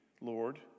Lord